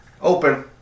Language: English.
Open